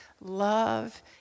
love